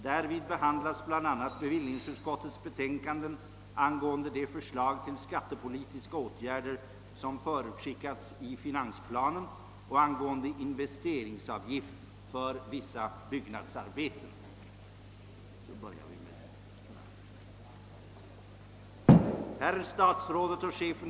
Därvid behandlas bl.a. bevillningsutskottets betänkanden angående de förslag till skattepolitiska åtgärder som förutskickats i finansplanen och angående investeringsavgift för vissa byggnadsarbeten.